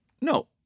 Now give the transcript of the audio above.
No